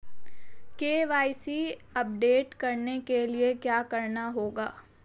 KYC update करने के लिए क्या करना होगा?